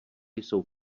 jsou